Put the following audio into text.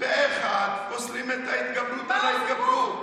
אז פה אחד פוסלים את ההתגברות על ההתגברות.